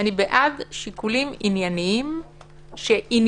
אני בעד שיקולים ענייניים שעניינם